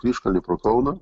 kryžkalnį pro kauną